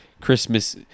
Christmas